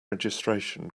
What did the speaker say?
registration